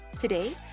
today